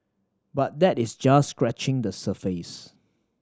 but that is just scratching the surface